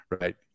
right